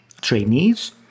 trainees